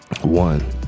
one